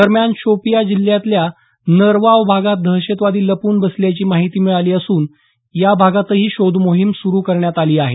दरम्यान शोपियां जिल्ह्यातही नरवाव भागात दहतशवादी लपून बसल्याची माहिती मिळाली असून या भागातही शोधमोहीम सुरू करण्यात आली आहे